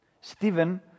Stephen